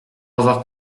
avoir